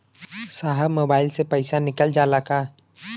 साहब मोबाइल से पैसा निकल जाला का?